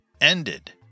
ended